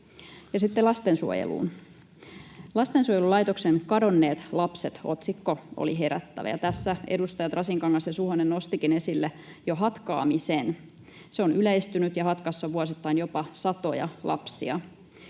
sitten lastensuojeluun: Lastensuojelulaitoksen kadonneet lapset ‑otsikko oli herättävä, ja tässä edustajat Rasinkangas ja Suhonen nostivatkin esille jo hatkaamisen. Se on yleistynyt, ja hatkassa on vuosittain jopa satoja lapsia.